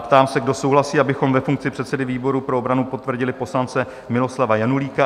Ptám se, kdo souhlasí, abychom ve funkci předsedy výboru pro obranu potvrdili poslance Miloslava Janulíka?